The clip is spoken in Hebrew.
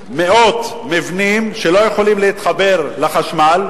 על מאות מבנים שלא יכולים להתחבר לחשמל,